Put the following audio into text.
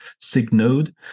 sig/node